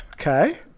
Okay